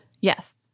Yes